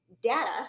data